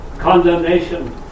condemnation